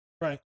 Right